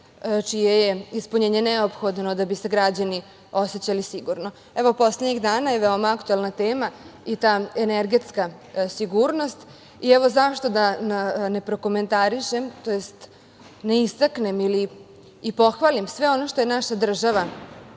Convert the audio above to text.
čije je ispunjenje neophodno da bi se građani osećali sigurno. Poslednjih dana je veoma aktuelna tema i ta energetska sigurnost. Zašto da ne prokomentarišem, tj. ne istaknem ili pohvalim sve ono što je naša država